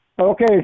Okay